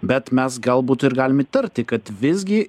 bet mes galbūt ir galim įtarti kad visgi